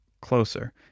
closer